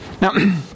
Now